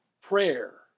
prayer